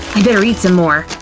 i'd better eat some more.